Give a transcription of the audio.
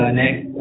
next